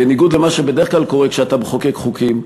בניגוד למה שבדרך כלל קורה כשאתה מחוקק חוקים: